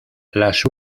las